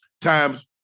times